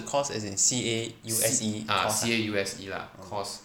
cause as in C A U S E cause ah